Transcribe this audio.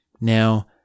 Now